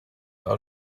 out